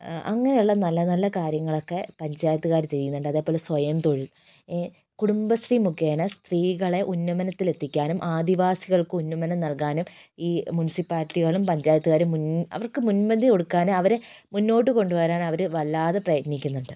അങ്ങനെയുള്ള നല്ല നല്ല കാര്യങ്ങളൊക്കെ പഞ്ചായത്തുകാർ ചെയ്യുന്നുണ്ട് അതേപോലെ സ്വയം തൊഴിൽ കുടുംബശ്രീ മുഖേന സ്ത്രീകളെ ഉന്നമനത്തിലെത്തിക്കാനും ആദിവാസികൾക്കു ഉന്നമനം നൽകാനും ഈ മുൻസിപ്പാലിറ്റികളും പഞ്ചായത്തുകാരും മുൻ അവർക്ക് മുൻപന്തി കൊടുക്കാൻ അവരെ മുന്നോട്ട് കൊണ്ടുവരാനും അവർ വല്ലാതെ പ്രയത്നിക്കുന്നുണ്ട്